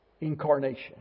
Incarnation